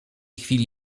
chwili